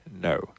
no